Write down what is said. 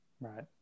Right